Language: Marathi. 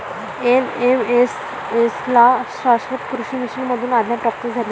एन.एम.एस.ए ला शाश्वत कृषी मिशन मधून आज्ञा प्राप्त झाली आहे